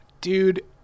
Dude